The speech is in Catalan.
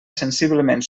sensiblement